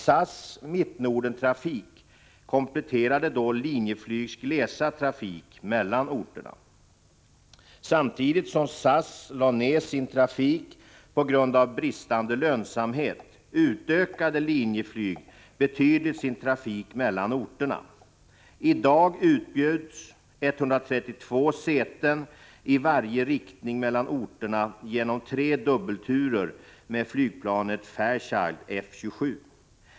SAS mittnordentrafik kompletterade då Linjeflygs glesa trafik mellan orterna. Samtidigt som SAS lade ned sin trafik på grund av bristande lönsamhet utökade Linjeflyg betydligt sin trafik mellan orterna. I dag utbjuds 132 säten i varje riktning mellan orterna genom tre dubbelturer med flygplanet Fairchild F 27.